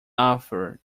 arthur